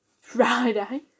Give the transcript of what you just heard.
Friday